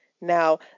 Now